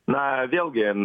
na vėlgi